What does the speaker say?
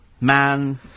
Man